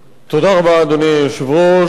אדוני היושב-ראש,